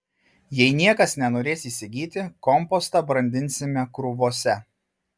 jei niekas nenorės įsigyti kompostą brandinsime krūvose